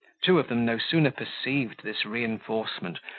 two of them no sooner perceived this reinforcement,